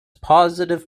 positive